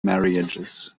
marriages